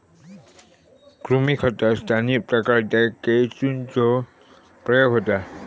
कृमी खतात स्थानिक प्रकारांच्या केंचुचो प्रयोग होता